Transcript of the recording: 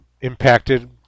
impacted